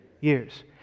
years